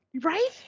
Right